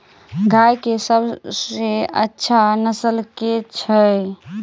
गाय केँ सबसँ अच्छा नस्ल केँ छैय?